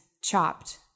chopped